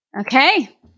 Okay